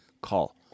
Call